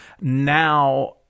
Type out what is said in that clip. now